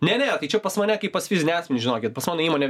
ne ne tai čia pas mane kaip pas fizinį asmenį žinokit pas mano įmonę